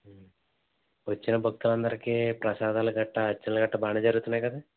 వచ్చిన భక్తులు అందరికీ ప్రసాదాలు గట్టా అర్చనలు గట్టా బాగానే జరుగుతున్నాయి కదా